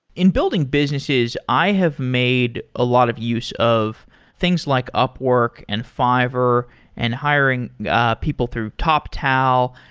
in building businesses, i have made a lot of use of things like upwork and fiverr and hiring ah people through toptal.